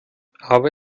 aber